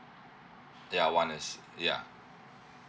ya one is yeah